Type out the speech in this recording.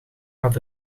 had